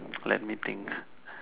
let me think